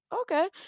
okay